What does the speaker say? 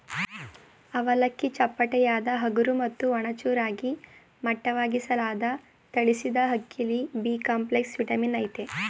ಅವಲಕ್ಕಿ ಚಪ್ಪಟೆಯಾದ ಹಗುರ ಮತ್ತು ಒಣ ಚೂರಾಗಿ ಮಟ್ಟವಾಗಿಸಲಾದ ತಳಿಸಿದಅಕ್ಕಿಲಿ ಬಿಕಾಂಪ್ಲೆಕ್ಸ್ ವಿಟಮಿನ್ ಅಯ್ತೆ